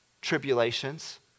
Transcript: tribulations